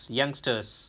youngsters